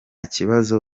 kibazo